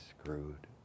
screwed